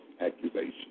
accusation